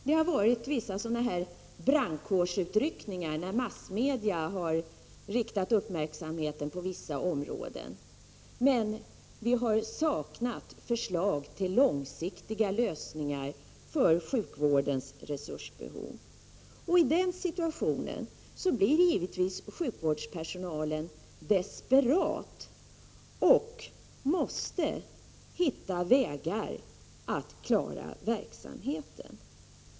Det har förekommit vissa brandkårsutryckningar då massmedierna har riktat uppmärksamheten mot vissa områden, men vi har saknat förslag till långsiktiga lösningar på sjukvårdens resursbehov. I den situationen blir givetvis sjukvårdspersonalen desperat och måste hitta vägar att bedriva verksamheten.